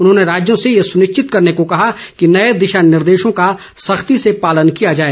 उन्होंने राज्यों से यह सुनिश्चित करने को कहा है कि नये दिशा निर्देशों का सख्ती से पालन किया जाए